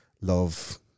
Love